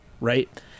right